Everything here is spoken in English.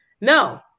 No